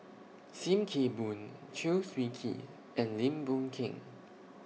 SIM Kee Boon Chew Swee Kee and Lim Boon Keng